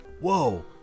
Whoa